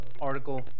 article